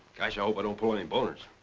gosh, i hope i don't pull any boners.